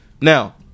Now